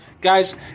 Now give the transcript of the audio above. guys